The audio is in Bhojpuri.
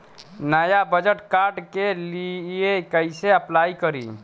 नया बचत कार्ड के लिए कइसे अपलाई करी?